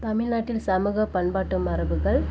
தமிழ்நாட்டில் சமூக பண்பாட்டு மரபுகள்